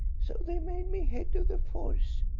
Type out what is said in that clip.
so they made me head of the force.